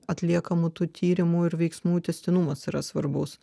atliekamų tų tyrimų ir veiksmų tęstinumas yra svarbus